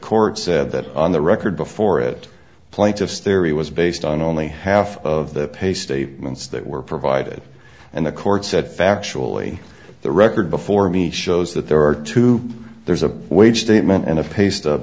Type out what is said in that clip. court said that on the record before it plaintiff's theory was based on only half of the pay statements that were provided and the court said factually the record before me shows that there are two there's a wage statement and a pay stu